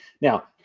Now